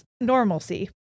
normalcy